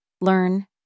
learn